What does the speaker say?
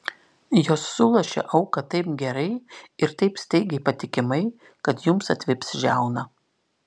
jos sulošia auką taip gerai ir taip staigiai patikimai kad jums atvips žiauna